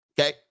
Okay